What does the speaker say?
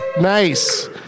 Nice